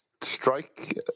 strike